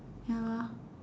ya lah